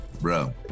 Bro